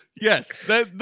Yes